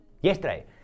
yesterday